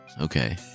okay